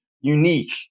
unique